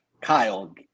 Kyle